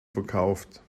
verkauft